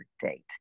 date